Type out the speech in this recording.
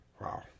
Wow